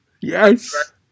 Yes